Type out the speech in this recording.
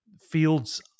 fields